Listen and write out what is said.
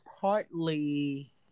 partly